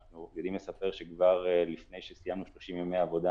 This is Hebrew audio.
ואנחנו יודעים לספר שכבר לפני שסיימנו 30 ימי עבודה